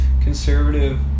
Conservative